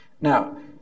Now